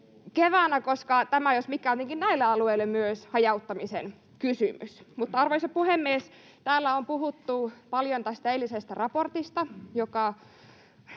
keväänä, koska tämä jos mikä on tietenkin näille alueille myös hajauttamisen kysymys. Mutta, arvoisa puhemies, täällä on puhuttu paljon tästä eilisestä raportista, joka